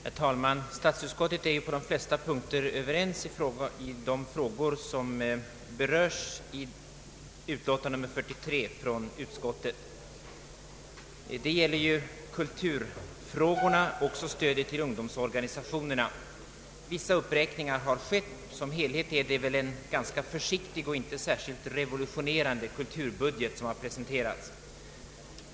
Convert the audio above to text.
Herr talman! Statsutskottet är enhälligt på de flesta punkterna i utlåtandet nr 43 som gäller kulturfrågorna, också om stödet till ungdomsorganisationerna. Vissa uppräkningar har skett, men som helhet är det väl en ganska försiktig och inte särskilt revolutionerande kulturbudget som har presenterats.